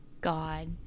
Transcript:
God